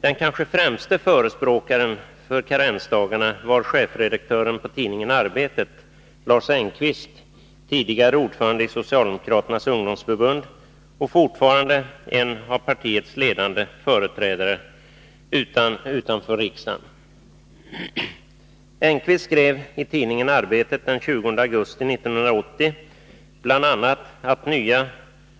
Den kanske främste förespråkaren för karensdagar var chefredaktören på tidningen Arbetet, Lars Engqvist, tidigare ordförande i socialdemokraternas ungdomsförbund och fortfarande en av partiets ledande företrädare utanför riksdagen. Lars Engqvist skrev i tidningen Arbetet den 20 augusti 1980 bl.a. att nya